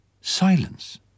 silence